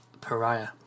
pariah